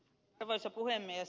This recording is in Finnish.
arvoisa puhemies